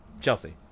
Chelsea